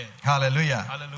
Hallelujah